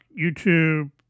YouTube